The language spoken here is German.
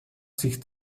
sich